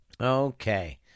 Okay